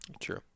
True